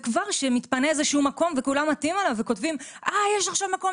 וכבר כשמתפנה איזשהו מקום וכולם עטים עליו וכותבים יש עכשיו מקום,